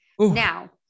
Now